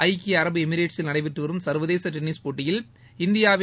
ஐக்கிய அரபு எமிரேட்டில் நடைபெற்று வரும் சர்வதேச டென்னிஸ் போட்டியில் இந்தியாவின்